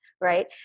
right